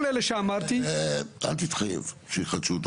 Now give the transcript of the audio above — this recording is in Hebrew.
אל תתחייב שיחדשו אותו